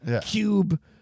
cube